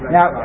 Now